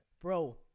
Bro